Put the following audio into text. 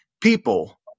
people